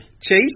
Chase